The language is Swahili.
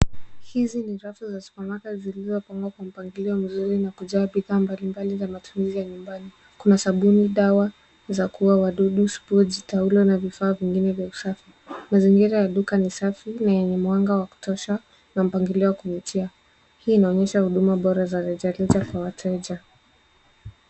Hizi ni rafu za supermarket zilizopangwa kwa mpangilio mzuri na kujaa bidhaa mbalimbali za matumizi ya nyumbani. Kuna sabuni, dawa za kuuwa wadudu, spoods ,taulo na vifaa vingine vya usafi. Mazingira ya duka ni safi na yenye mwanga wa kutosha na mpangilio wa kuvutia. Hii inaonyesha huduma bora za rejareja kwa wateja.